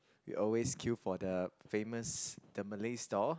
we always queue for the famous the Malay store